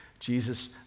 Jesus